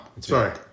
Sorry